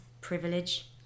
privilege